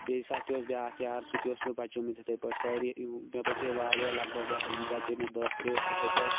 بیٚیہِ ساتہٕ تہِ اوس بیٛاکھ یار سُہ تہِ اوس مےٚ بَچومُت یِتھَے پٲٹھۍ سٲری مےٚ بَچٲے واریاہ لگ بگ بَچٲے مےٚ دَہ تٕرٛہ یِتھَے پٲٹھۍ